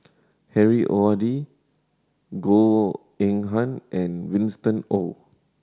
Harry Ord Goh Eng Han and Winston Oh